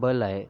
बल आहे